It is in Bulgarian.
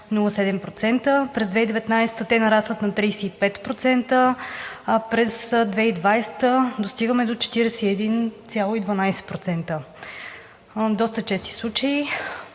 25,07%, през 2019 г. те нарастват на 35%, а през 2020 г. достигаме до 41,12%. В доста чести случаи